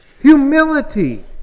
Humility